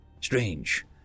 Strange